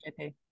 JP